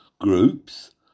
groups